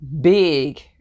big